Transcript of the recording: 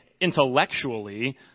Intellectually